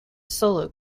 solo